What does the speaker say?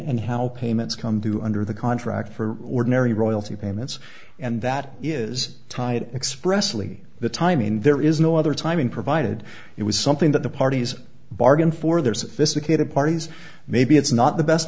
and how payments come due under the contract for ordinary royalty payments and that is tied expressly the timing there is no other timing provided it was something that the parties bargained for their sophisticated parties maybe it's not the best